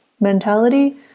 mentality